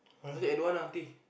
I say don't want ah aunty